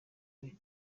bari